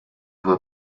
vois